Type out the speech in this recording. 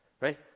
right